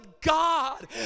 God